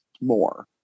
more